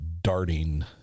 darting